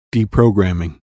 Deprogramming